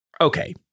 okay